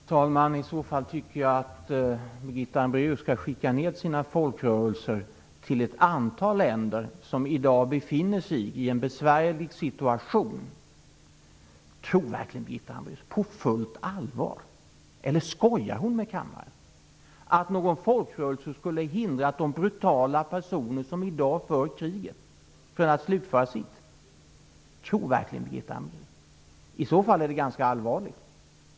Fru talman! I så fall tycker jag att Birgitta Hambraeus skall skicka ned sina folkrörelser till ett antal länder som i dag befinner sig i en besvärlig situation. Tror verkligen Birgitta Hambraeus på detta på fullt allvar, eller skojar hon med kammaren? Tror hon verkligen att någon folkrörelse skulle hindra de brutala personer som i dag för kriget från att slutföra sitt? I så fall är det ganska allvarligt.